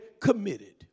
committed